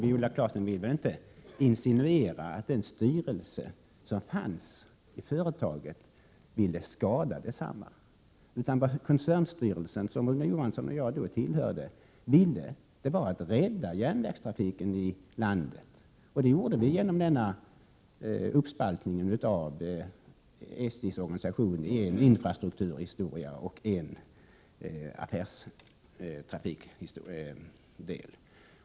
Viola Claesson vill väl inte insinuera att den styrelse som fanns i företaget ville skada detta, utan vad koncernstyrelsen, som Rune Johansson och jag då tillhörde, ville var att rädda järnvägstrafiken i landet. Det gjorde vi genom denna uppspaltning av SJ:s organisation i en infrastrukturell del och en affärstrafikdel.